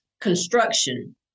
construction